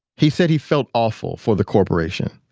he said he felt awful for the corporation,